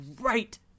right